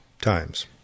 times